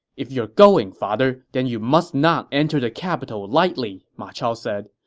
if you are going, father, then you must not enter the capital lightly, ma chao said.